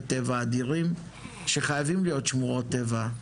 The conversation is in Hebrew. טבע אדירים שחייבים להיות שמורות טבע.